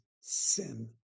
sin